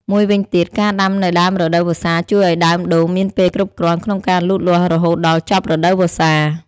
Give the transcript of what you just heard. មួយវិញទៀត ការដាំនៅដើមរដូវវស្សាជួយឲ្យដើមដូងមានពេលគ្រប់គ្រាន់ក្នុងការលូតលាស់រហូតដល់ចប់រដូវវស្សា។